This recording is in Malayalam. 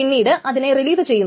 പിന്നീട് അതിനെ റിലീസ് ചെയ്യുന്നു